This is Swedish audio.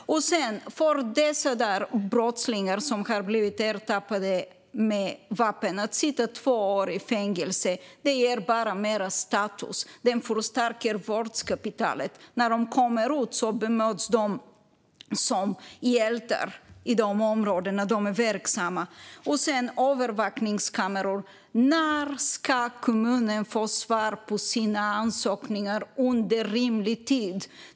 För de brottslingar som har blivit ertappade med vapen ger det dessutom bara mer status att sitta två år i fängelse. Det förstärker våldskapitalet. När de kommer ut bemöts de som hjältar i de områden där de är verksamma. När det gäller övervakningskameror undrar jag när kommunerna ska få svar på sina ansökningar inom rimlig tid.